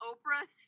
Oprah